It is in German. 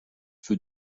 für